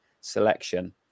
selection